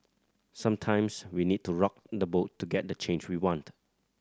sometimes we need to rock the boat to get the change we want